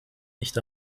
nicht